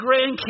grandkids